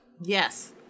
Yes